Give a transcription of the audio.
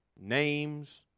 Names